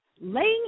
laying